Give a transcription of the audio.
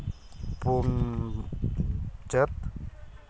ᱯᱩᱱ ᱪᱟᱹᱛ